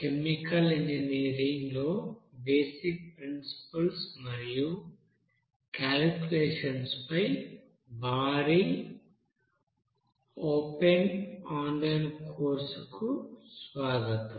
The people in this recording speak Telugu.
కెమికల్ ఇంజనీరింగ్ లో బేసిక్ ప్రిన్సిపుల్స్ మరియు క్యాలికులేషన్స్ పై భారీ ఓపెన్ ఆన్లైన్ కోర్సు కుస్వాగతం